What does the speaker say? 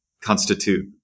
constitute